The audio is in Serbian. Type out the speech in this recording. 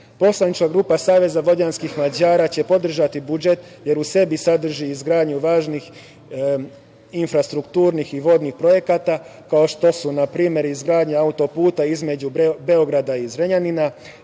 Reske. Poslanička grupa Saveza vojvođanskih Mađara će podržati budžet, jer u sebi sadrži izgradnju važnih infrastrukturnih i vodnih projekata, kao što su, na primer, izgradnja autoputa između Beograda i Zrenjanina,